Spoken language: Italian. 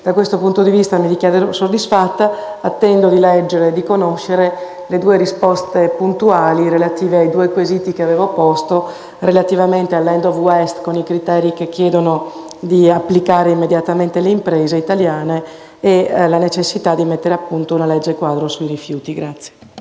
Da questo punto di vista mi dichiaro dunque soddisfatta e attendo di poter leggere e di conoscere le risposte puntuali, relative ai due quesiti che avevo posto, relativi all'*end of waste*, con i criteri che si chiedono di applicare immediatamente alle imprese italiane, e alla necessità di mettere a punto una legge quadro sui rifiuti.